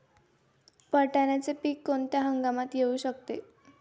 वाटाण्याचे पीक कोणत्या हंगामात येऊ शकते?